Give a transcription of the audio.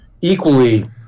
equally